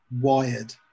wired